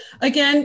again